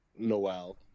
Noel